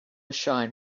shine